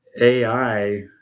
AI